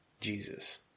Jesus